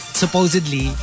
supposedly